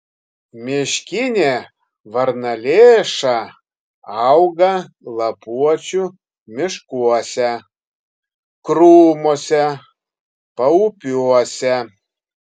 miškinė varnalėša auga lapuočių miškuose krūmuose paupiuose